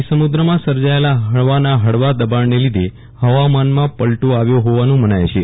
અરબી સમુદ્રમાં સર્જાયેલા હવાના હળવા દબાણન લીધે હવામાનમાં પલ્ટો આવ્યો હોવાનું મના ય છે